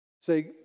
say